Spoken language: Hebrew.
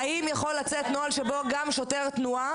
האם יכול לצאת נוהל שבו גם שוטר תנועה